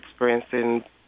experiencing